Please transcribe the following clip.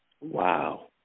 Wow